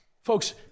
folks